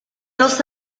los